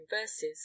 verses